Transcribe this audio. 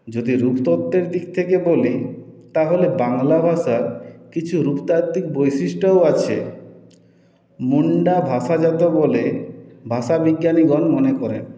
যদি রূপতত্ত্বের দিক থেকে বলি তাহলে বাংলা ভাষার কিছু রূপতাত্ত্বিক বৈশিষ্ট্যও আছে মুন্ডা ভাষাজাত বলে ভাষাবিজ্ঞানীগণ মনে করেন